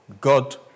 God